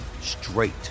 straight